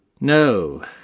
No